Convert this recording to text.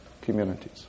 communities